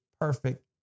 perfect